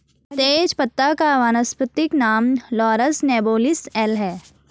तेजपत्ता का वानस्पतिक नाम लॉरस नोबिलिस एल है